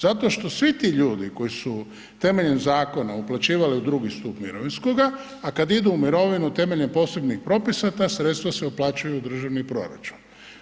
Zato što svi ti ljudi koji su temeljem zakona uplaćivali u II. stup mirovinskoga, a kad idu u mirovinu temeljem posebnih propisa, ta sredstva se uplaćuju u državni proračun.